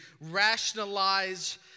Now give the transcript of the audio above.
rationalize